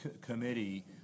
committee